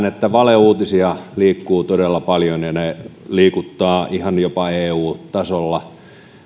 että valeuutisia liikkuu todella paljon ja ne liikuttavat ihan jopa eu tasolla